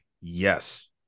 Yes